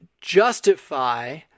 justify